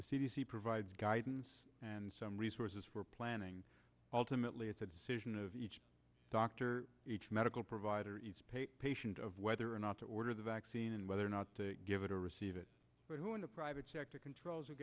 the c d c provides guidance and some resources for planning ultimately it's a decision of each doctor each medical provider patient of whether or not to order the vaccine and whether or not to give it or receive it who in the private sector controls